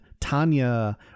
Tanya